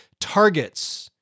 targets